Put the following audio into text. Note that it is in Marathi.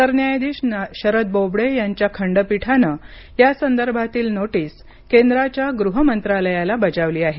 सरन्यायाधीश एस ए बोबडे यांच्या खंडपीठाने या संदर्भातील नोटीस केंद्राच्या गृह मंत्रालयाला बजावली आहे